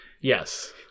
Yes